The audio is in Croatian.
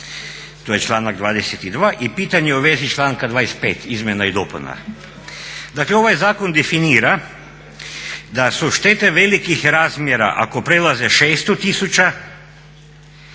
To je članak 22. I pitanje u vezi članka 25., izmjena i dopuna. Dakle ovaj zakon definira da su štete velikih razmjera ako prelaze 600 000,